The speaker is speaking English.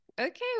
okay